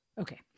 Okay